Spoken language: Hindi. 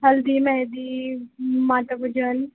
हल्दी मेहँदी माता भजन